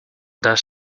does